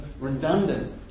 redundant